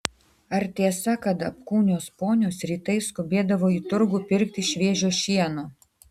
ar tiesa kad apkūnios ponios rytais skubėdavo į turgų pirkti šviežio šieno